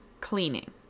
cleaning